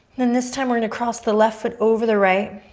and this time we're gonna cross the left foot over the right